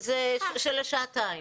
זה לשעתיים.